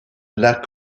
las